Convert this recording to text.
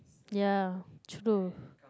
ya true